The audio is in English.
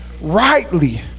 rightly